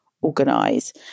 organise